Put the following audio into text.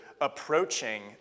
approaching